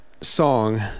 song